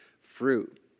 fruit